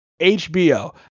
HBO